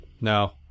No